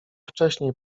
wcześniej